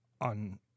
on